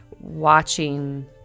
watching